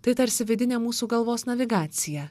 tai tarsi vidinė mūsų galvos navigacija